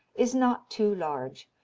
is not too large.